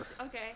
Okay